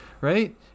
right